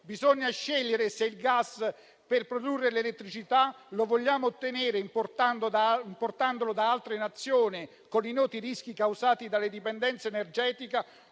bisogna scegliere se il gas per produrre l'elettricità lo vogliamo ottenere importandolo da altre Nazioni, con i noti rischi causati dalle dipendenze energetiche,